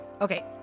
Okay